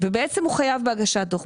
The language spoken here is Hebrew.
ובעצם הוא חייב בהגשת דוח.